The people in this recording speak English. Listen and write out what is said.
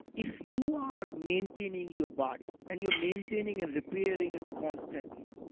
if you are maintaining your body and you're maintaining and repairing it constantly.